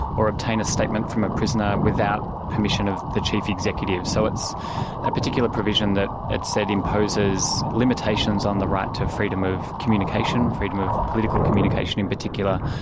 or obtain a statement from a prisoner without permission of the chief executive. so it's a particular provision that it's said imposes limitations on the right to freedom of communication, freedom of political communication in particular,